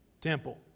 Temple